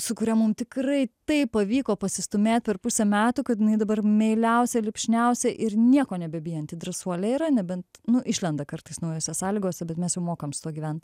sukuria mum tikrai taip pavyko pasistūmėt per pusę metų kad jinai dabar meiliausia lipšniausia ir nieko nebebijanti drąsuolė yra nebent nu išlenda kartais naujose sąlygose bet mes jau mokam su gyvent